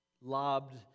lobbed